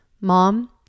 Mom